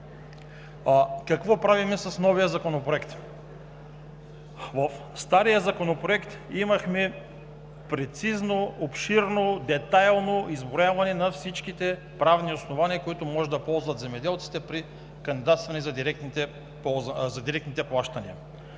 Какво правим с новия Законопроект? В стария законопроект имахме прецизно, обширно, детайлно изброяване на всичките правни основания, които могат да ползват земеделците, при кандидатстване за директните плащания.